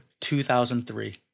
2003